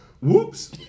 Whoops